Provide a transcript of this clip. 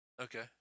Okay